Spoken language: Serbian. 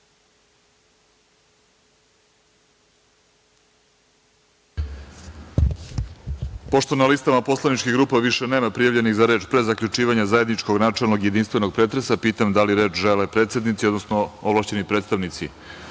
Pošto na listama poslaničkih grupa više nema prijavljenih za reč, pre zaključivanja zajedničkog načelnog i jedinstvenog pretresa, pitam da li reč žele predsednici, odnosno ovlašćeni predstavnici